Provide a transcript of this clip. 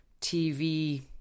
TV